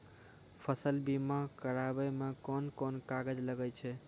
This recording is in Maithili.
फसल बीमा कराबै मे कौन कोन कागज लागै छै?